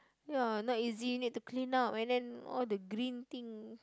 ya not easy need to clean up and then all the green thing